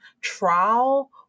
trial